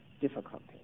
difficulty